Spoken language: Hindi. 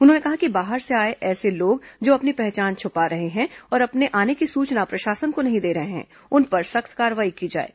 उन्होंने कहा कि बाहर से आए ऐसे लोग जो अपनी पहचान छुपा रहे हैं और अपने आने की सूचना प्रशासन को नहीं दे रहे हैं उन पर सख्त कार्रवाई की जाएगी